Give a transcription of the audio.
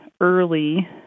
early